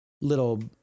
little